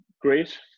great